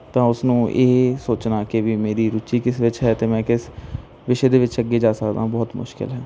ਤਾਂ ਉਸਨੂੰ ਇਹ ਸੋਚਣਾ ਕਿ ਵੀ ਮੇਰੀ ਰੁਚੀ ਕਿਸ ਵਿੱਚ ਹੈ ਤੇ ਮੈਂ ਕਿਸ ਵਿਸ਼ੇ ਦੇ ਵਿੱਚ ਅੱਗੇ ਜਾ ਸਕਦਾ ਹਾਂ ਬਹੁਤ ਮੁਸ਼ਕਿਲ ਹੈ